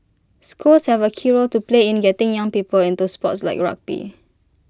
schools have A key role to play in getting young people into sports like rugby